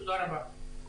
תודה רבה.